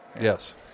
Yes